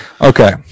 okay